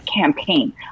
campaign